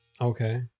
Okay